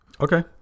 Okay